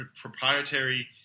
proprietary